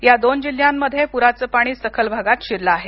या दोन जिल्ह्यांमध्ये पूराचं पाणी सखल भागात शिरलं आहे